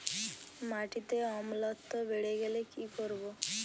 মাটিতে অম্লত্ব বেড়েগেলে কি করব?